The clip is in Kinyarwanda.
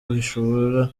bishobora